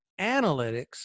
Analytics